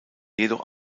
jedoch